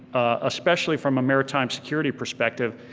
especially from a maritime security perspective,